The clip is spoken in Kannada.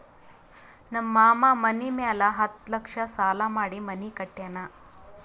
ನಮ್ ಮಾಮಾ ಮನಿ ಮ್ಯಾಲ ಹತ್ತ್ ಲಕ್ಷ ಸಾಲಾ ಮಾಡಿ ಮನಿ ಕಟ್ಯಾನ್